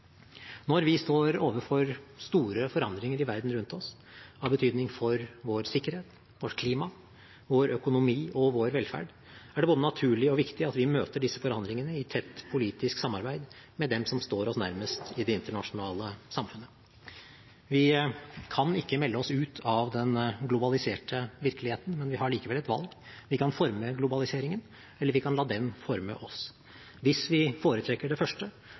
Når vi står overfor store forandringer i verden rundt oss, av betydning for vår sikkerhet, vårt klima, vår økonomi og vår velferd, er det både naturlig og viktig at vi møter disse forandringene i tett politisk samarbeid med dem som står oss nærmest i det internasjonale samfunnet. Vi kan ikke melde oss ut av den globaliserte virkeligheten, men vi har likevel et valg: Vi kan forme globaliseringen, eller vi kan la den forme oss. Hvis vi foretrekker det første,